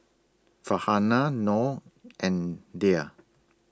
Farhanah Noh and Dhia